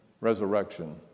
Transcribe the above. resurrection